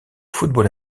football